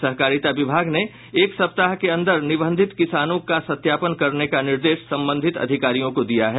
सहकारिता विभाग ने एक सप्ताह के अंदर निबंधित किसानों का सत्यापन करने का निर्देश संबंधित अधिकारियों को दिया है